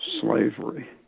slavery